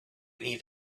need